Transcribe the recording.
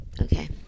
Okay